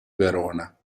verona